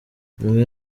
umwe